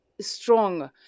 strong